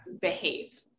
behave